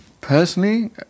personally